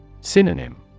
Synonym